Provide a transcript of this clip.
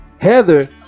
Heather